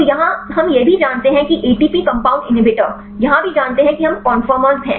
तो यहाँ हम यह भी जानते हैं कि एटीपी कम्पाउंड इन्हिबिटर यहाँ भी जानते हैं कि हम कंफर्म हैं